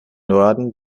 norden